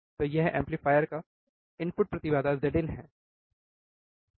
तो यह एम्पलीफायर का इनपुट प्रतिबाधा Zin है